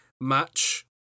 match